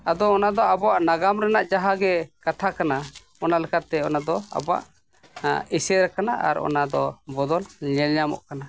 ᱟᱫᱚ ᱚᱱᱟᱫᱚ ᱟᱵᱚᱣᱟᱜ ᱱᱟᱜᱟᱢ ᱨᱮᱱᱟᱜ ᱡᱟᱦᱟᱸᱜᱮ ᱠᱟᱛᱷᱟ ᱠᱟᱱᱟ ᱚᱱᱟ ᱞᱮᱠᱟᱛᱮ ᱚᱱᱟᱫᱚ ᱟᱵᱚᱣᱟᱜ ᱮᱹᱥᱮᱨ ᱟᱠᱟᱱᱟ ᱟᱨ ᱚᱱᱟᱫᱚ ᱵᱚᱫᱚᱞ ᱧᱮᱞ ᱧᱟᱢᱚᱜ ᱠᱟᱱᱟ